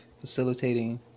facilitating